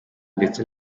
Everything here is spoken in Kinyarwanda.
ndetse